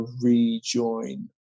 rejoin